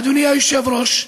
אדוני היושב-ראש.